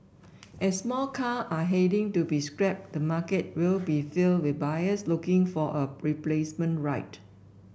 as more car are heading to be scrapped the market will be filled with buyers looking for a replacement ride